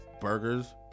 Burgers